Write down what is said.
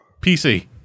PC